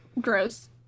gross